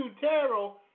Tarot